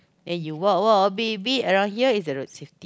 then you walk walk a bit a bit around here is the road safety